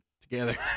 together